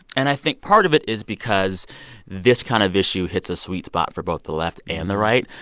and i think part of it is because this kind of issue hits a sweet spot for both the left and the right.